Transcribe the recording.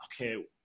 okay